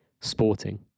Sporting